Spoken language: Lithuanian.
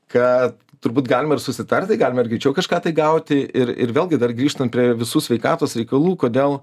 kad turbūt galima ir susitarti galime ir greičiau kažką tai gauti ir ir vėlgi dar grįžtant prie visų sveikatos reikalų kodėl